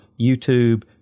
YouTube